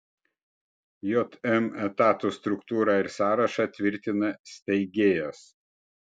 jm etatų struktūrą ir sąrašą tvirtina steigėjas